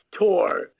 tour